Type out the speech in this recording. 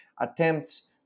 attempts